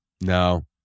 No